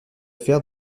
faire